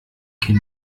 kind